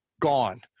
gone